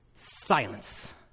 silence